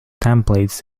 templates